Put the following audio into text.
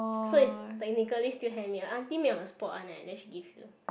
so it's technically still handmade the aunty make on the spot one eh then she give you